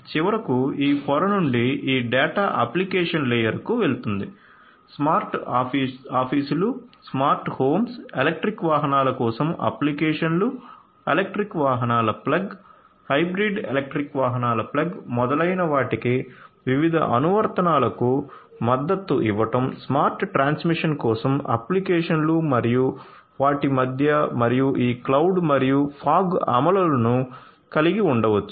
చివరకు ఈ పొర నుండి ఈ డేటా అప్లికేషన్ లేయర్కు వెళ్తుంది స్మార్ట్ ఆఫీసులు స్మార్ట్ హోమ్స్ ఎలక్ట్రిక్ వాహనాల కోసం అప్లికేషన్లు ఎలక్ట్రిక్ వాహనాల ప్లగ్ హైబ్రిడ్ ఎలక్ట్రిక్ వాహనాల ప్లగ్ మొదలైన వాటికి వివిధ అనువర్తనాలకు మద్దతు ఇవ్వడం స్మార్ట్ ట్రాన్స్మిషన్ కోసం అప్లికేషన్లు మరియు వాటి మధ్య మరియు ఈ క్లౌడ్ మరియు ఫాగ్ అమలులను కలిగి ఉండవచ్చు